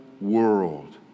world